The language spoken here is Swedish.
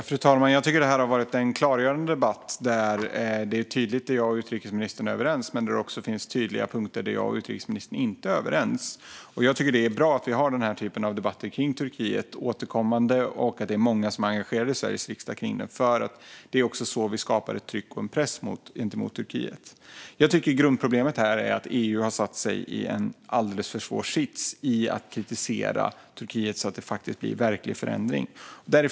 Fru talman! Jag tycker att detta har varit en klargörande debatt. Det är tydligt var utrikesministern och jag är överens, men det finns också tydliga punkter där vi inte är överens. Jag tycker att det är bra att vi återkommande har den här typen av debatter om Turkiet och att det är många i Sveriges riksdag som är engagerade i frågan. Det är nämligen så vi skapar tryck och press gentemot Turkiet. Jag tycker att grundproblemet är att EU har satt sig i en alldeles för svår sits när det gäller att kritisera Turkiet så att det faktiskt blir verklig förändring.